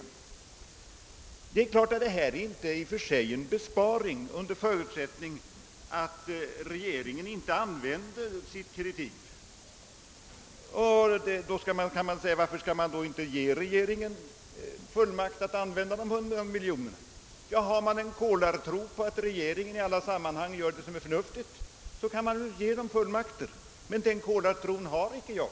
Nu är det klart att en sådan här åtgärd inte i och för sig, under förutsättning att regeringen inte använder sitt kreditiv, innebär någon besparing. Och man frågar sig då, varför regeringen inte skulle få fullmakt att använda de 100 miljoner kronor som det gäller. Ja, har man en kolartro på att regeringen i alla sammanhang gör det som är förnuftigt, kan man ju ge regeringen fullmakten, men någon sådan kolartro har icke jag.